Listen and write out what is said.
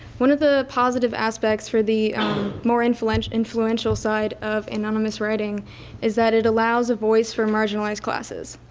one of the positive aspects for the more influential influential side of anonymous writing is that it allows a voice for marginalized classes.